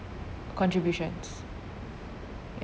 contributions ya